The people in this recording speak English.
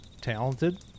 talented